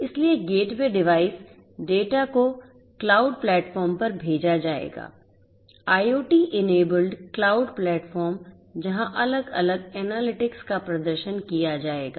इसलिए gateway device data को cloud platform पर भेजा जाएगा IOT इनेबल्ड क्लाउड प्लेटफ़ॉर्म जहां अलग अलग एनालिटिक्स का प्रदर्शन किया जाएगा